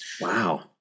wow